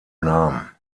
namen